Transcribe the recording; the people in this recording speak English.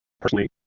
personally